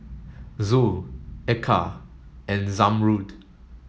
Zul Eka and Zamrud